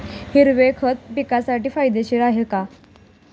हिरवे खत पिकासाठी फायदेशीर आहे